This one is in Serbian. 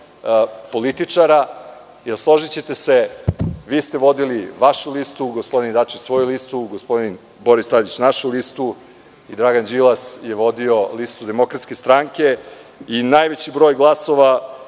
političara jer, složićete se, vi ste vodili vašu listu, gospodin Dačić svoju listu, gospodin Boris Tadić našu listu i Dragan Đilas je vodio listu DS i najveći broj glasova